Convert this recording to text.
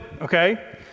okay